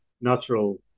natural